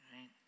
right